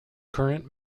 current